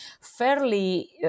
fairly